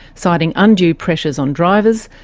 citing undue pressures on drivers,